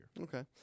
Okay